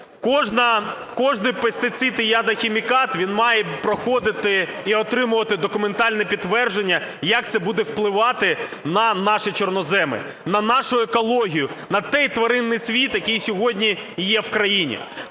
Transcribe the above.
Кожен пестицид і ядохімікат, він має проходити і отримувати документальне підтвердження, як це буде впливати на наші чорноземи, на нашу екологію, на той тваринний світ, який сьогодні є в країні.